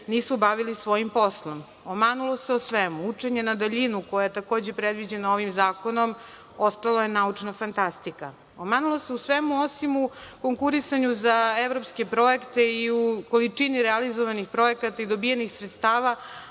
nisu bavili svojim poslom. Omanulo se u svemu. Učenje na daljinu, koja je takođe predviđeno ovim zakonom, ostalo je naučna fantastika. Omanulo se u svemu, osim u konkurisanju za evropske projekte i u količini realizovanih projekata i dobijenih sredstava,